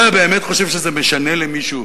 אתה באמת חושב שזה משנה למישהו?